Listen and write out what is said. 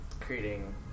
creating